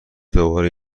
دوباره